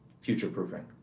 future-proofing